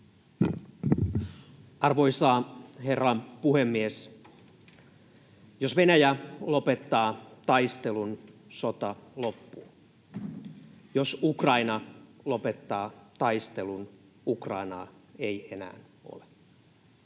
Arvoisa herra puhemies! Jos Venäjä lopettaa taistelun, sota loppuu. Jos Ukraina lopettaa taistelun, Ukrainaa ei enää ole.